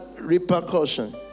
repercussion